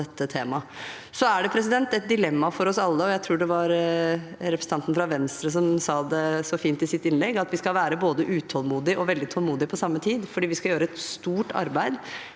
Så er det et dilemma for oss alle, og jeg tror det var representanten fra Venstre som sa det så fint i sitt innlegg, at vi skal være både utålmodige og veldig tålmodige på samme tid, fordi vi skal gjøre et stort arbeid